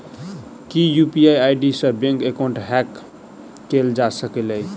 की UPI ID सऽ bank account hack कैल जा सकलिये?